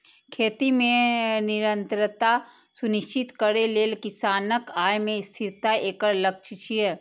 खेती मे निरंतरता सुनिश्चित करै लेल किसानक आय मे स्थिरता एकर लक्ष्य छियै